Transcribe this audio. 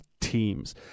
teams